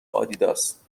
آدیداس